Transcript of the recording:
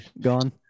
gone